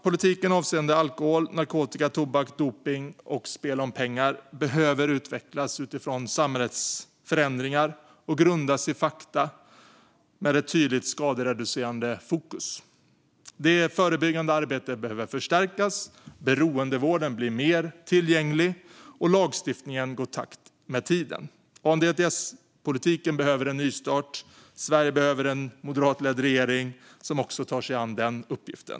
Politiken avseende alkohol, narkotika, tobak, dopning och spel om pengar behöver utvecklas utifrån samhällets förändringar och grundas i fakta med ett tydligt skadereducerande fokus. Det förebyggande arbetet behöver förstärkas, beroendevården behöver bli mer tillgänglig och lagstiftningen behöver gå i takt med tiden. ANDTS-politiken behöver en nystart, och Sverige behöver en moderatledd regering som också tar sig an den uppgiften.